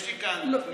יש לי כאן נייר.